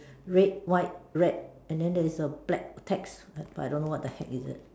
red white red and then there's a black text but I don't know what's the heck is it